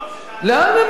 לאן ממהרים?